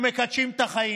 כי אנחנו מקדשים את החיים